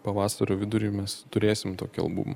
pavasario vidury mes turėsime tokį albumą